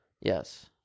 Yes